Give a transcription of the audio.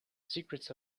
secrets